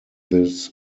this